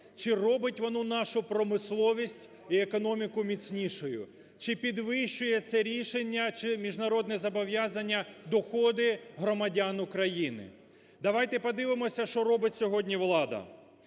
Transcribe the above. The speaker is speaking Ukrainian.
чи робить воно нашу промисловість і економіку міцнішою, чи підвищує це рішення чи міжнародне зобов'язання доходи громадян України. Давайте подивимося, що робить сьогодні влада.